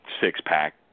six-pack